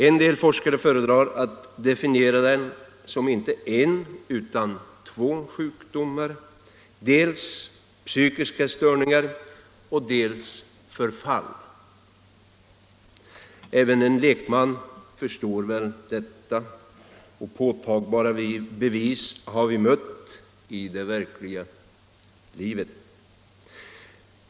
En del forskare föredrar att definiera den som inte en utan två sjukdomar; dels psykiska störningar, dels förfall. Även en lekman förstår detta, och påtagliga bevis har vi mött i det verkliga livet.